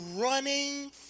running